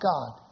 God